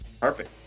Perfect